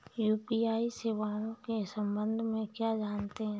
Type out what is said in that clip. UPI सेवाओं के संबंध में क्या जानते हैं?